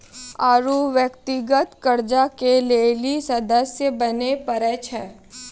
आरु व्यक्तिगत कर्जा के लेली सदस्य बने परै छै